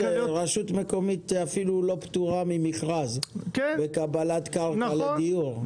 רשות מקומית אפילו לא פטורה ממכרז בקבלת קרקע לדיור.